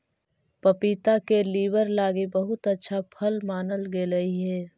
पपीता के लीवर लागी बहुत अच्छा फल मानल गेलई हे